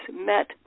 met